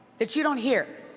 that you don't hear,